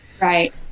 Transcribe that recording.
Right